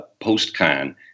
post-con